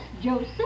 Joseph